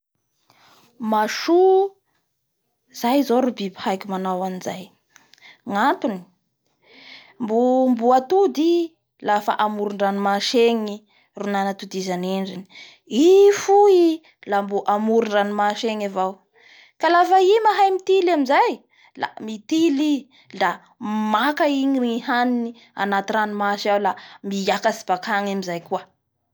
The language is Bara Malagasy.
Maso izay zao ro biby haiko manao anizay gnatony mbo ataody i lafa amboron-dranomasy egny ny nanatodizan'ny endriny i foy la mbo amry ndranomasy egny avao ka lafa i mahay mitily amizay; mitily i la maka i ny haninyanaty ranomasy ao la miakatsy bakany amizay koa.